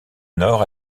nord